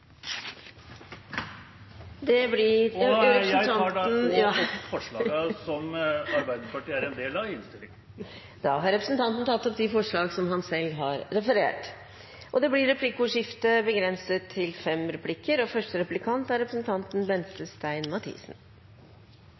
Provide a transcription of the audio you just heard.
som Arbeiderpartiet er en del av. Da har representanten Dag Terje Andersen tatt opp de forslagene han refererte til. Det blir replikkordskifte.